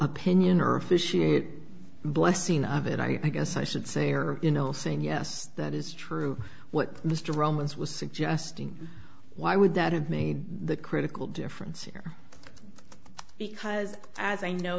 opinion or officiate blessing of it i guess i should say are you know saying yes that is true what mr romans was suggesting why would that have made the critical difference here because as i no